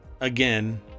again